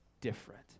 different